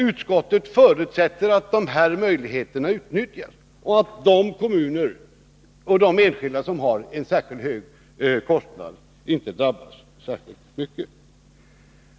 Utskottet förutsätter att dessa möjligheter utnyttjas och att de kommuner och de enskilda som har en särskilt hög kostnad inte drabbas särskilt mycket.